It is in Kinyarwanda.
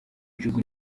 gihugu